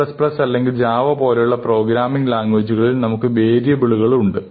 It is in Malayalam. C C അല്ലെങ്കിൽ Java പോലുള്ള പ്രോഗ്രാമിംഗ് ലാംഗ്വേജ്കളിൽ നമുക്ക് വേരിയബിളുകൾ ഉണ്ട്